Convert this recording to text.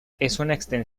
extensión